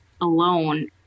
alone